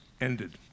ended